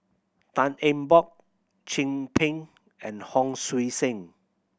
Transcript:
Tan Eng Bock Chin Peng and Hon Sui Sen